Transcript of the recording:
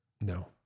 No